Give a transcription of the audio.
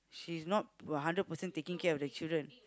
she's not a hundred percent taking care of the children